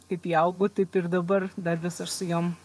kaip įaugo taip ir dabar dar vis aš su jom